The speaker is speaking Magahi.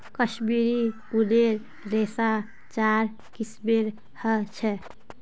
कश्मीरी ऊनेर रेशा चार किस्मेर ह छे